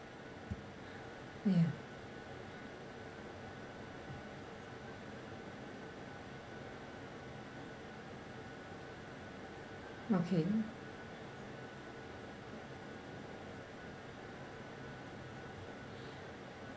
ya okay